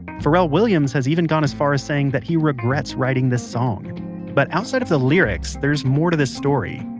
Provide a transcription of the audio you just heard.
pharrell williams has even gone as far as saying that he regrets writing the song but outside of the lyrics, there is more to this story.